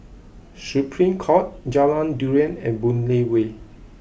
Supreme Court Jalan Durian and Boon Lay Way